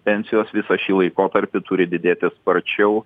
pensijos visą šį laikotarpį turi didėti sparčiau